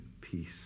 peace